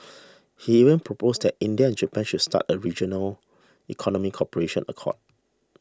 he even proposed that India and Japan should start a regional economic cooperation accord